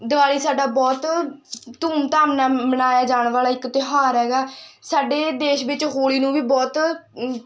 ਦਿਵਾਲੀ ਸਾਡਾ ਬਹੁਤ ਧੂਮ ਧਾਮ ਨਾਲ ਮਨਾਇਆ ਜਾਣ ਵਾਲਾ ਇੱਕ ਤਿਉਹਾਰ ਹੈਗਾ ਸਾਡੇ ਦੇਸ਼ ਵਿੱਚ ਹੋਲੀ ਨੂੰ ਵੀ ਬਹੁਤ